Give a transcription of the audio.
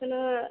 बेखौनो